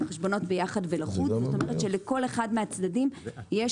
הם ביחד ולחוד כלומר לכל אחד מהצדדים יש